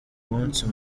munsi